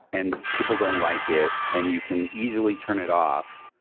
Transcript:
and people don't like it and you can easily turn it off,